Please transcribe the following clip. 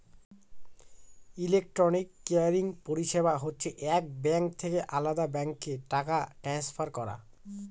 electronic clearing পরিষেবা হচ্ছে এক ব্যাঙ্ক থেকে আলদা ব্যাঙ্কে টাকা ট্রান্সফার করা